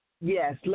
Yes